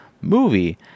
movie